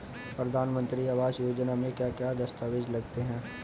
प्रधानमंत्री आवास योजना में क्या क्या दस्तावेज लगते हैं?